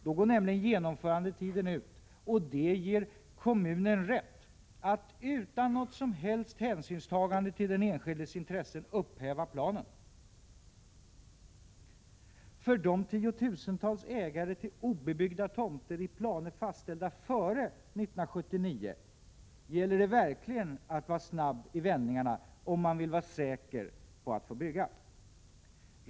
Då går nämligen genomförandetiden ut, och det ger kommunen rätt att utan något som helst hänsynstagande till den enskildes intressen upphäva planen. För de tiotusentals ägare till obebyggda tomter i planer fastställda före 1979 gäller det verkligen att vara snabb i vändningarna om man vill vara säker på att få bygga.